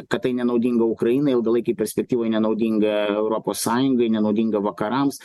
kad tai nenaudinga ukrainai ilgalaikėj perspektyvoj nenaudinga europos sąjungai nenaudinga vakarams